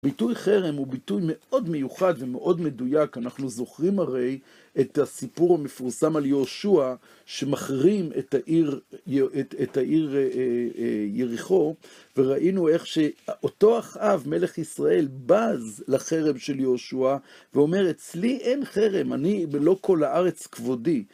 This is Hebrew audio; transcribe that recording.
ביטוי חרם הוא ביטוי מאוד מיוחד ומאוד מדויק. אנחנו זוכרים הרי את הסיפור המפורסם על יהושע שמחרים את העיר יריחו, וראינו איך שאותו אחאב, מלך ישראל, בז לחרם של יהושע, ואומר, אצלי אין חרם, אני מלוא כל הארץ כבודי.